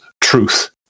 truth